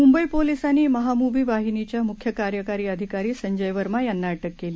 मुंबईपोलिसांनीकाळमहामूव्हीवाहिनीच्यामुख्यकार्यकारीअधिकारीसंजयवर्मायांनाअटककेली